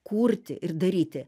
kurti ir daryti